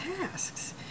tasks